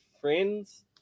friends